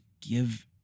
give